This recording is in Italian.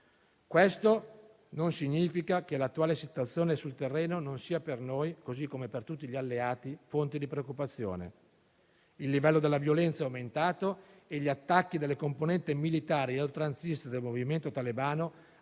Ciò non significa che l'attuale situazione sul terreno non sia per noi, così come per tutti gli alleati, fonte di preoccupazione. Il livello della violenza è aumentato e gli attacchi delle componenti militari e oltranziste del movimento talebano